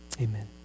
Amen